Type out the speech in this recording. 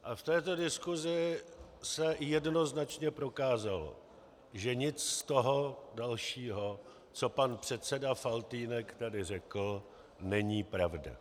V této diskusi se jednoznačně prokázalo, že nic z toho dalšího, co pan předseda Faltýnek tady řekl, není pravda.